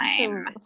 time